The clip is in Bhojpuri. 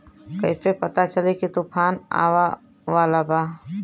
कइसे पता चली की तूफान आवा वाला बा?